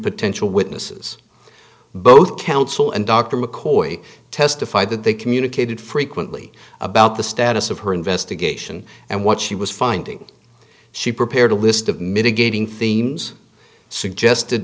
potential witnesses both counsel and dr mccoy testified that they communicated frequently about the status of her investigation and what she was finding she prepared a list of mitigating themes suggested